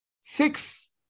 six